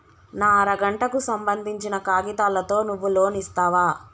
నా అర గంటకు సంబందించిన కాగితాలతో నువ్వు లోన్ ఇస్తవా?